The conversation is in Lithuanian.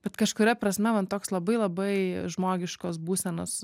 bet kažkuria prasme man toks labai labai žmogiškos būsenos